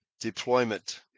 deployment